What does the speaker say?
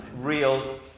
real